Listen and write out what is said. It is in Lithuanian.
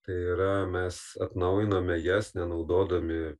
tai yra mes atnaujiname jas nenaudodami